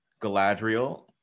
Galadriel